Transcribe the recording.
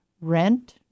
rent